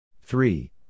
three